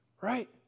Right